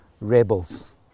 rebels